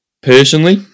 Personally